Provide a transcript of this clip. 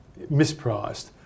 mispriced